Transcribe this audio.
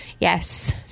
Yes